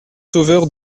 sauveur